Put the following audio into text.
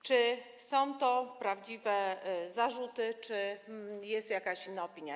Czy są to prawdziwe zarzuty czy jest jakaś inna opinia?